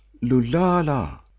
Lulala